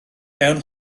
mewn